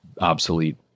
obsolete